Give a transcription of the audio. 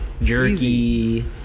Jerky